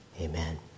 amen